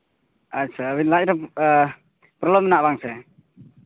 ᱟᱪᱪᱷᱟ ᱟᱹᱵᱤᱱ ᱞᱟᱡ ᱨᱮ ᱯᱨᱚᱵᱞᱮᱢ ᱢᱮᱱᱟᱜᱼᱟ ᱵᱟᱝ ᱥᱮ